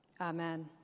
Amen